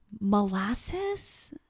molasses